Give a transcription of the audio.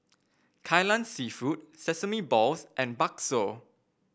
Kai Lan seafood Sesame Balls and Bakso